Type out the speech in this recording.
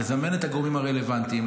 לזמן את הגורמים הרלוונטיים,